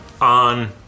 on